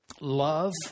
love